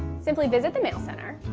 simply visit the mail center